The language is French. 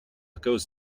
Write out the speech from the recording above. cause